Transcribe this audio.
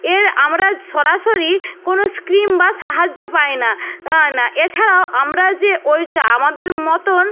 এর আমরা সরাসরি কোনো স্কিম বা সাহায্য পাই না না এছাড়াও আমরা যে ওই চা আমাদের মতন